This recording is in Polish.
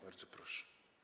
Bardzo proszę.